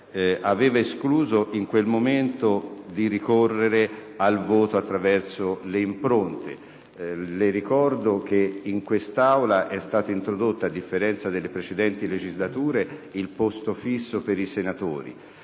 aveva escluso il ricorso al voto attraverso le impronte digitali. Le ricordo che in quest'Aula è stata introdotta, a differenza delle precedenti legislature, la postazione fissa per i senatori.